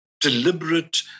deliberate